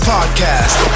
Podcast